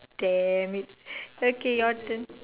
damn it okay your turn